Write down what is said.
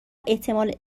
احتمال